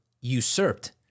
usurped